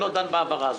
אני לא דן בהעברה הזו.